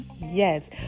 Yes